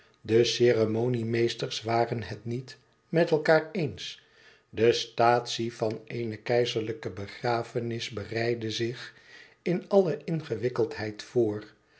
de ceremoniemeesters waren het niet met elkaâr eens de statie van eene keizerlijke begrafenis bereidde zich in alle ingewikkeldheid voor